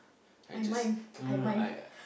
I just no no no I